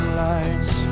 lights